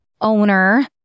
owner